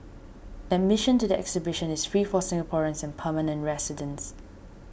admission to the exhibition is free for Singaporeans and permanent residents